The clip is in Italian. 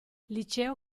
liceo